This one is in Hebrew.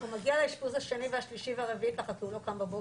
הוא מגיע לאשפוז השני והשלישי והרביעי כי הוא לא קם בבוקר.